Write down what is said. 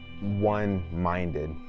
one-minded